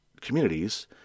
communities